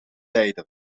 leiden